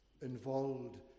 involved